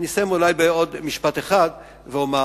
אסיים אולי בעוד משפט אחד ואומר,